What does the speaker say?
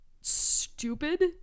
stupid